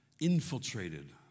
infiltrated